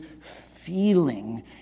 feeling